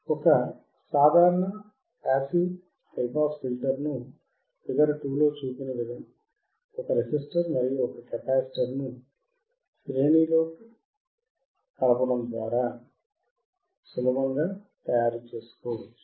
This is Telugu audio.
ఒక సాధారణ పాసివ్ హైపాస్ ఫిల్టర్ ను ఫిగర్ 2 లో చూపిన ఒక రెసిస్టర్ మరియు ఒక కెపాసిటర్ ను శ్రేణి లో కలపటం ద్వారా సులభంగా తయారు చేయవచ్చు